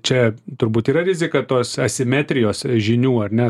čia turbūt yra rizika tos asimetrijos žinių ar ne